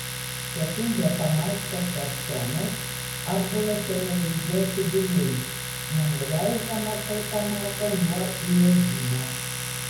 sekundę pamąstęs artiomas atbulas ėmė judėti gilyn nenuleisdamas automato nuo įėjimo